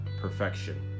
perfection